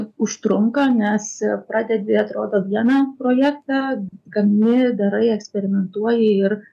užtrunka nes pradedi atrodo vieną projektą gamini darai eksperimentuoji ir